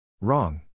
Wrong